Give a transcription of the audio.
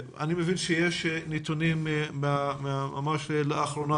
אני מבין שיש נתונים מהתקופה האחרונה,